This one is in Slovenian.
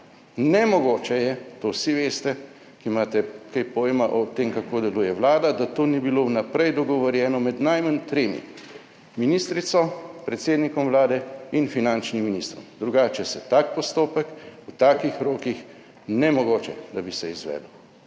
Nemogoče je, to vsi veste, ki imate kaj pojma o tem, kako deluje Vlada, da to ni bilo vnaprej dogovorjeno med najmanj tremi: ministrico, predsednikom Vlade in finančnim ministrom. Drugače se tak postopek v takih rokih, nemogoče da bi se izvedel,